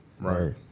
Right